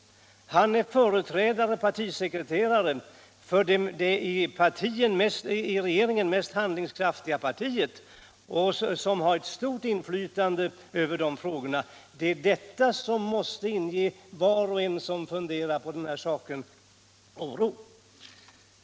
Han är partisekreterare och företrädare för det i regeringen mest handlingskraftiga partiet, och han har ett stort inflytande över dessa frågor. Det är detta som inger var och en som funderar över den här saken oro.